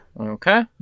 Okay